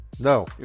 no